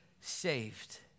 saved